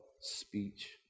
speech